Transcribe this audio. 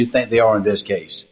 you think they are in this case